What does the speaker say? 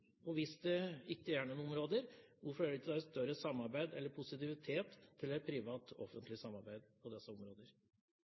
private? Hvis det ikke er noen områder, hvorfor er det ikke da større positivitet til et